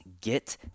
get